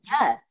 Yes